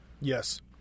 yes